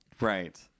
Right